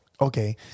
Okay